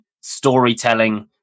storytelling